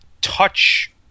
touch